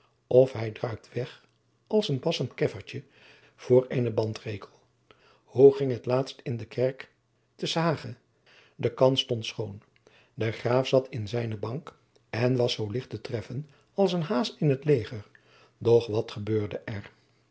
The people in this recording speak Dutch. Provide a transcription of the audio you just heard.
of hij druipt weg als een bassend keffertje voor eenen bandrekel hoe ging het laatst in de kerk te s hage de kans stond schoon de graaf zat in zijne bank en was zoo licht te treffen als een haas in t leger doch wat gebeurde er